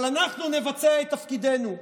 אבל אנחנו נבצע את תפקידנו,